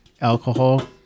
alcohol